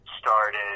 started